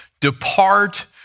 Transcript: depart